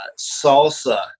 salsa